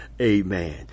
Amen